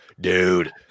dude